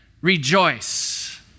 rejoice